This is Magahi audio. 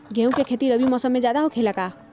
गेंहू के खेती रबी मौसम में ज्यादा होखेला का?